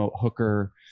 Hooker